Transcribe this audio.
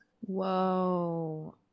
Whoa